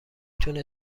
تونه